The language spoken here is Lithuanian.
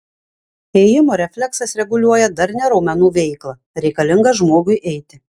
ėjimo refleksas reguliuoja darnią raumenų veiklą reikalingą žmogui eiti